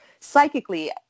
psychically